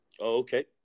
okay